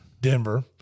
Denver